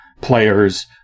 players